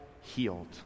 healed